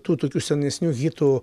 tų tokių senesnių hitų